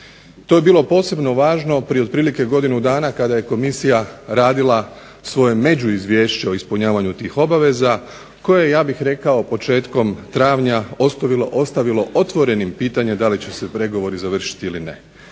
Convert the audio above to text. To je bilo posebno važno prije otprilike godinu dana kada je komisija radila svoje međuizviješće o ispunjavanju tih obaveza, koje je ja bih rekao početkom travnja ostavilo otvorenim pitanjem da li će se pregovori završiti ili ne.